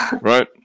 Right